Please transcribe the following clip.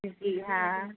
जी हाँ